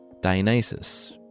Dionysus